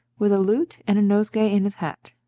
with a lute, and a nosegay in his hat.